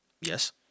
Yes